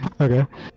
Okay